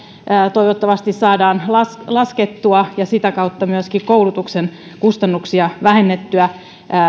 toivottavasti saadaan laskettua laskettua ja sitä kautta myöskin koulutuksen kustannuksia vähennettyä